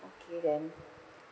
okay then